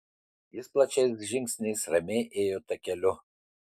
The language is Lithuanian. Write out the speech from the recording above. jis plačiais žingsniais ramiai ėjo takeliu